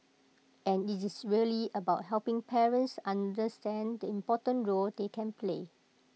and IT is really about helping parents understand the important role they can play